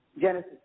Genesis